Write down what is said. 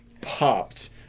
popped